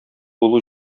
булу